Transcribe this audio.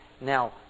Now